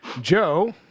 Joe